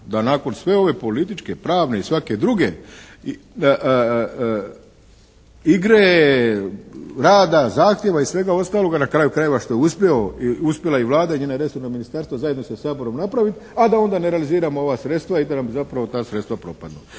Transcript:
da nakon sve ove političke, pravne i svake druge igre, rada, zahtjeva i svega ostaloga, na kraju krajeva što je uspjela i Vlada i njena resorna ministarstva zajedno sa Saborom napraviti, a da onda ne realiziramo ova sredstva i da nam zapravo ta sredstva propadnu.